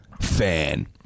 fan